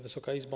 Wysoka Izbo!